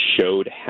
showed